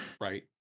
right